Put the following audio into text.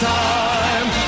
time